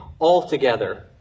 altogether